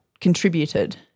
contributed